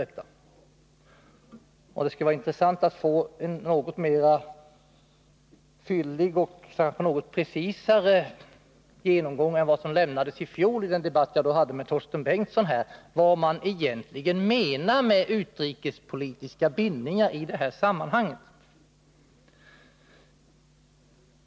Det skulle vara intressant att få en något mera fyllig och kanske också en något mera preciserad genomgång än vad som lämnades i fjol i den debatt som jag då hade med Torsten Bengtson om vad man egentligen menar med uttrycket ”utrikespolitiska bindningar” i det här sammanhanget.